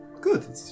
good